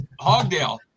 Hogdale